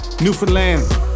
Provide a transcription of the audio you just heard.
Newfoundland